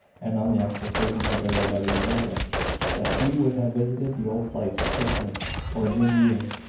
and on the expectations of everybody in deerbrook that he would have visited the old place at christmas or new year.